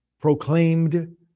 proclaimed